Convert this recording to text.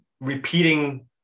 repeating